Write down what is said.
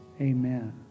Amen